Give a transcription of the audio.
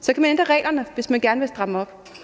Så kan man ændre reglerne, hvis man gerne vil stramme op,